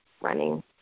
running